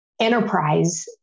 Enterprise